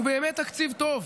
הוא באמת תקציב טוב,